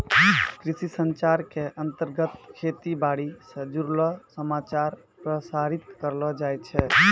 कृषि संचार के अंतर्गत खेती बाड़ी स जुड़लो समाचार प्रसारित करलो जाय छै